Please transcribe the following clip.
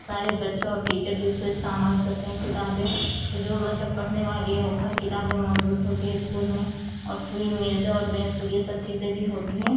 سارے بچوں اور ٹیچر بھی اس کو استعمال کرتے ہیں کتابیں کہ جو مطلب پڑھنے والی ہو ہر کتابیں موجود ہوتی ہے اسکول میں اور پھر میزیں اور تو یہ سب چیزیں بھی ہوتی ہیں